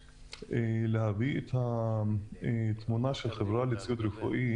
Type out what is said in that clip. רציתי להביא את התמונה של חברה לציוד רפואי